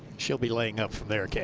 she'll be laying up from there.